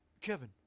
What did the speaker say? Kevin